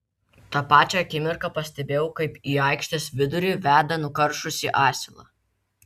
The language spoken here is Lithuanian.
tą pačią akimirką pastebėjau kaip į aikštės vidurį veda nukaršusį asilą